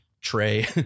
tray